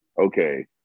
Okay